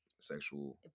sexual